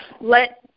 let